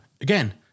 again